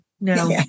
no